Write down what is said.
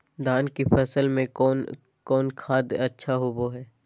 धान की फ़सल में कौन कौन खाद अच्छा होबो हाय?